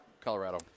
Colorado